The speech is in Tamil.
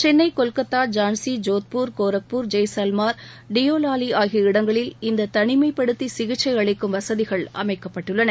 சென்னை கொல்கத்தா ஜான்சி ஜோத்பூர் கோரக்பூர் ஜெய்சல்மார் டியோலாலி ஆகிய இடங்களில் இந்த தனிமைப்படுத்தி சிகிச்சை அளிக்கும் வசதிகள் அமைக்கப்பட்டுள்ளன